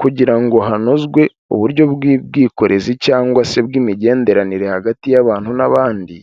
Kugira ngo hanozwe uburyo bw'ubwikorezi cyangwa se bw'imigenderanire hagati y'abantu n'abandi,